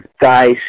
guys